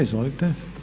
Izvolite.